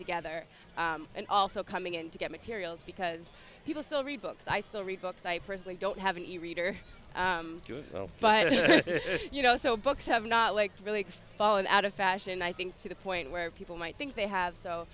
together and also coming in to get materials because people still rebooked i still read books i personally don't have any reader but you know so books have not like really fallen out of fashion i think to the point where people might think they have so